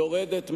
היא יורדת מהבמה,